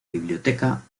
biblioteca